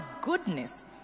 goodness